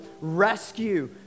rescue